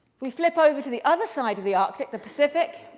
we flip over to the other side of the arctic, the pacific,